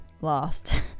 lost